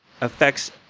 affects